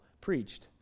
preached